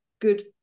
Good